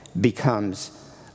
becomes